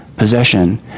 possession